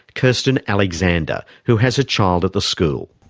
kirsten alexander, who has a child at the school.